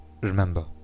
Remember